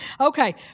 Okay